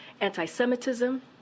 anti-Semitism